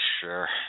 sure